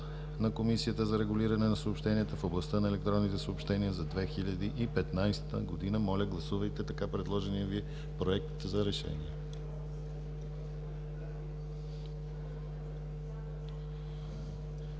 на Комисията за регулиране на съобщенията в областта на електронните съобщения за 2015 г.“ Моля, гласувайте така предложения Ви Проект за решение.